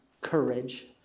courage